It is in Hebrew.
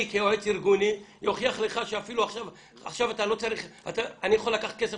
אני כיועץ ארגוני אוכיח לך שאני יכול לקחת כסף